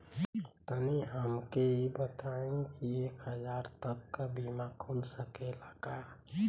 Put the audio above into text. तनि हमके इ बताईं की एक हजार तक क बीमा खुल सकेला का?